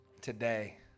today